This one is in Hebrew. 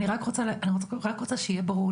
אני רק רוצה שיהיה ברור,